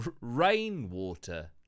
rainwater